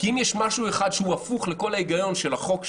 כי אם יש משהו אחד שהוא הפוך לכל ההיגיון של החוק,